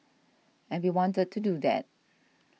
and we wanted to do that